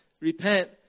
repent